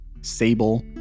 Sable